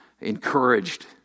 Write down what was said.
encouraged